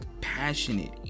passionate